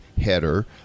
header